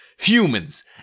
Humans